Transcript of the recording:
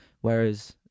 Whereas